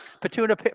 Petunia